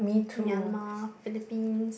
Myanmar Philippines